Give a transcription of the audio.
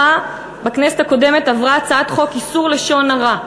בכנסת הקודמת עברה הצעת חוק איסור לשון הרע,